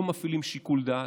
לא מפעילים שיקול דעת.